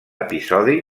episodi